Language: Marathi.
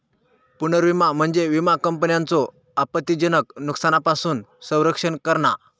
पुनर्विमा म्हणजे विमा कंपन्यांचो आपत्तीजनक नुकसानापासून संरक्षण करणा